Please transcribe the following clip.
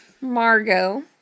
Margot